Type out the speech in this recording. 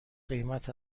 قیمت